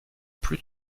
plus